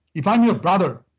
if i'm your brother,